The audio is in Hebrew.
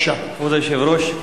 כבוד היושב-ראש,